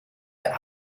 der